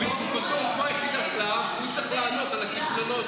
אין ויכוח --- הוא זה שצריך לענות על הכישלונות